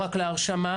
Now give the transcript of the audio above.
למעשה,